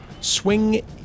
swing